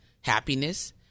happiness